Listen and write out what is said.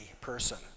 person